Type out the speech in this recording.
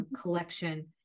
collection